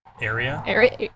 Area